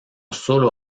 sólo